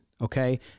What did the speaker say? okay